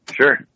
Sure